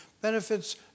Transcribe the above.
Benefits